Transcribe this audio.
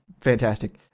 Fantastic